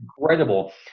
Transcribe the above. incredible